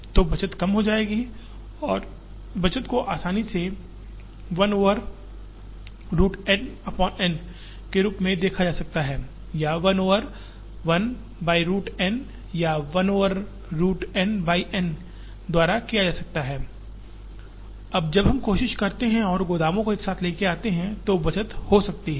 तो बचत कम हो जाएगी और इस बचत को आसानी से 1 ओवर √NN के रूप में दिखाया जा सकता है या 1 ओवर 1 बाई रूट N या 1 over root N by N द्वारा किया जा सकता है अब जब हम कोशिश करते हैं और गोदामों को एक साथ लाते हैं तो बचत हो सकती है